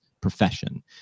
profession